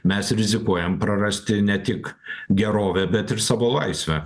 mes rizikuojam prarasti ne tik gerovę bet ir savo laisvę